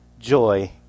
joy